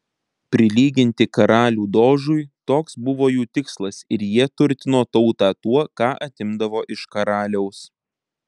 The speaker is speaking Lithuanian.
prilyginti karalių dožui toks buvo jų tikslas ir jie turtino tautą tuo ką atimdavo iš karaliaus